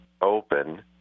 open